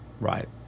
Right